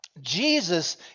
Jesus